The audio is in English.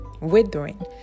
withering